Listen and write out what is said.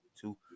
two